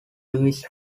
reviews